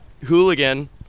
hooligan